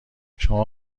شما